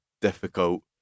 difficult